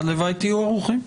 הלוואי שתהיו ערוכים.